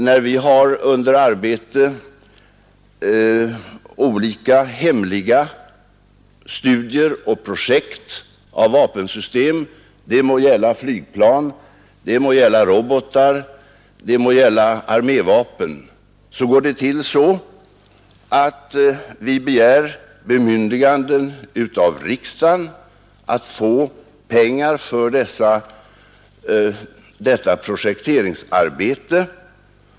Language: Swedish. När vi har under arbete olika hemliga studier och projekt av vapensystem — det må gälla flygplan, robotar eller armévapen — går det till så att vi begär bemyndigande av riksdagen att få pengar till detta projekteringsarbete.